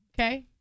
okay